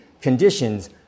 conditions